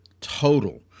total